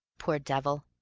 poor devil,